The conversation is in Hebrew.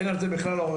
אין על זה בכלל עוררין.